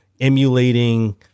emulating